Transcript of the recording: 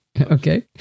Okay